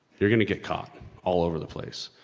you're gonna get caught all over the place,